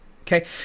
Okay